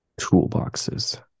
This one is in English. toolboxes